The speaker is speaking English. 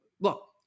look